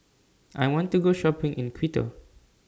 I want to Go Shopping in Quito